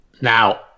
Now